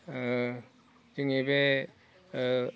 जोंनि बे